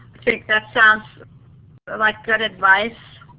okay. that sounds and like good advice.